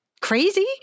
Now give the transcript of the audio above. crazy